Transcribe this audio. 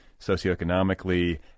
socioeconomically